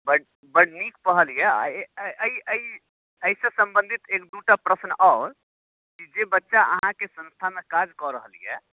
बड बड नीक पहल यए आ एहि एहि एहिसँ सम्बन्धित एक दूटा प्रश्न आओर कि जे बच्चा अहाँके संस्थामे काज कऽ रहल यए